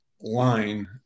line